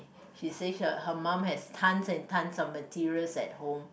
she says her mum has tons and tons of materials at home